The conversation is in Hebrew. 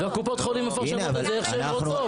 וקופות החולים מפרשות את זה איך שהן רוצות.